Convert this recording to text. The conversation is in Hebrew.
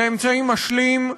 זה אמצעי משלים.